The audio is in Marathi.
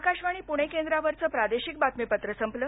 आकाशवाणी पणे केंद्रावरचं प्रादेशिक बातमीपत्र संपलं